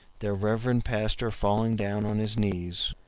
their reverend pastor falling down on his knees,